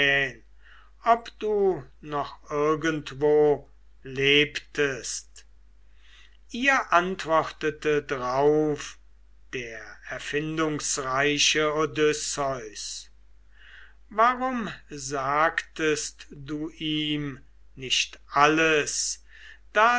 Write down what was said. ob du noch irgendwo lebtest ihr antwortete drauf der erfindungsreiche odysseus warum sagtest du ihm nicht alles da